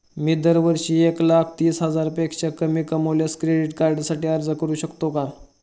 मी दरवर्षी एक लाख तीस हजारापेक्षा कमी कमावल्यास क्रेडिट कार्डसाठी अर्ज करू शकतो का?